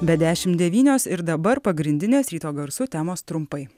be dešimt devynios ir dabar pagrindinės ryto garsų temos trumpai